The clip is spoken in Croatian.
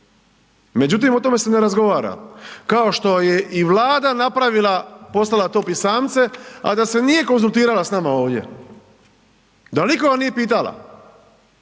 Međutim, o tome se ne razgovara. Kao što je i Vlada napravila poslala to pisamce, a da se nije konzultirala s nama ovdje, da nikoga nije pitala